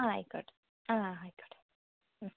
ആ ആയിക്കോട്ടെ ആ ആ ആയിക്കോട്ടെ